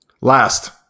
Last